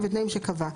ובתנאים שקבע,